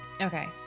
okay